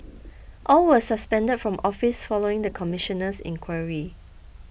all were suspended from office following the commissioner's inquiry